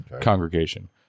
congregation